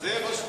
זה מה,